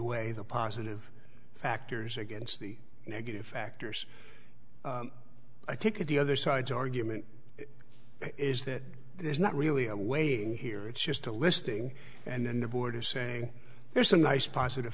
way the positive factors against the negative factors i take it the other side's argument is that there's not really a weighing here it's just a listing and then the board is saying there's a nice positive